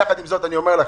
יחד עם זאת אני אומר לכם,